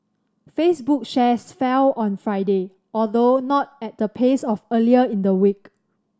Facebook shares fell on Friday although not at the pace of earlier in the week